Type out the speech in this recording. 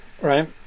right